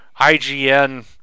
IGN